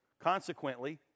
Consequently